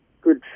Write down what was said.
good